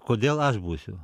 kodėl aš būsiu